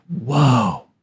whoa